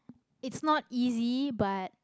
it's not easy but